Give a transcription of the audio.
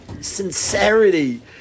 sincerity